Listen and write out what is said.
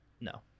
No